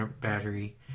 battery